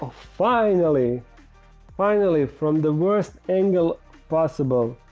finally finally from the worst angle possible